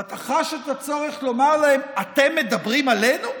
ואתה חש את הצורך לומר להם: אתם מדברים עלינו?